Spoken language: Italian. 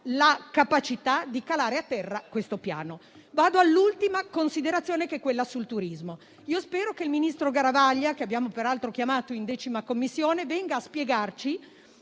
la capacità di calare a terra questo Piano. Vado all'ultima considerazione, quella sul turismo. Spero che il ministro Garavaglia, che abbiamo peraltro convocato in 10a Commissione, venga a spiegarci,